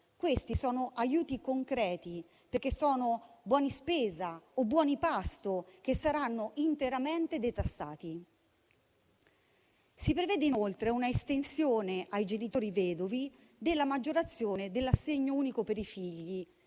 Questi sono aiuti concreti, perché sono buoni spesa o buoni pasto che saranno interamente detassati. Si prevede, inoltre, un'estensione ai genitori vedovi della maggiorazione dell'assegno unico per i figli: